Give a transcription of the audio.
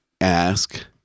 ask